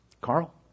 Carl